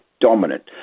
dominant